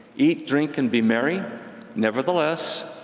eat, drink, and be merry nevertheless,